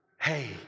hey